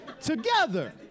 together